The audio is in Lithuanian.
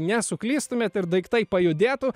nesuklystumėt ir daiktai pajudėtų